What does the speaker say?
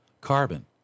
carbon